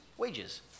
wages